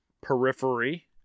Periphery